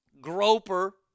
groper